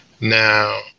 Now